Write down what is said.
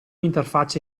interfacce